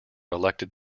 elected